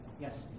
Yes